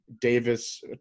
davis